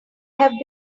have